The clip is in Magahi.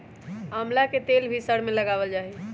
आमला के तेल भी सर में लगावल जा हई